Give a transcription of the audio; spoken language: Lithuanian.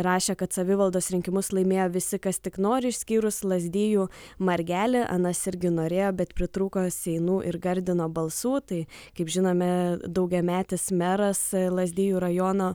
rašė kad savivaldos rinkimus laimėjo visi kas tik nori išskyrus lazdijų margelį anas irgi norėjo bet pritrūko seinų ir gardino balsų tai kaip žinome daugiametis meras lazdijų rajono